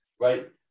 right